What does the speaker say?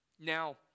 Now